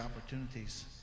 opportunities